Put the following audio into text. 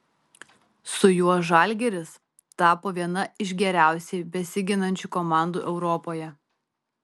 su juo žalgiris tapo viena iš geriausiai besiginančių komandų europoje